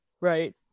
right